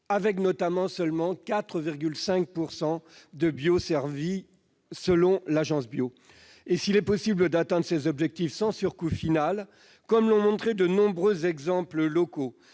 avec, notamment, seulement 4,5 % de bio servi selon l'Agence Bio. S'il est possible d'atteindre ces objectifs sans surcoût final comme l'ont montré de nombreux exemples locaux,